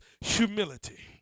humility